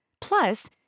Plus